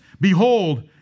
Behold